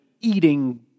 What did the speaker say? eating